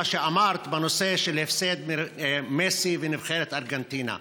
שאמרת בנושא של הפסד מסי ונבחרת ארגנטינה?